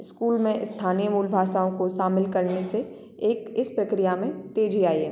school में स्थानीय मूल भाषाओं को शमिल करने से एक इस प्रक्रिया में तेजी आई है